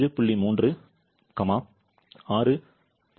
3 6